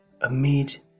amid